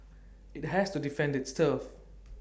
IT has to defend its turf